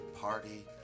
Party